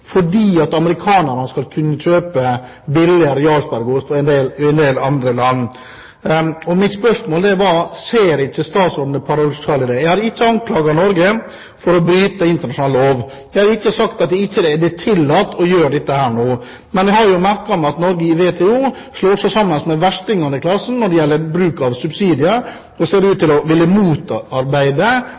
del andre land. Mitt spørsmål var: Ser ikke statsråden det paradoksale i det? Jeg har ikke anklaget Norge for å bryte internasjonal lov. Jeg har ikke sagt at det ikke er tillatt å gjøre dette nå, men jeg har merket meg at Norge i WTO slår seg sammen med verstingene i klassen når det gjelder bruk av subsidier, og ser ut til å ville motarbeide